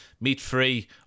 meat-free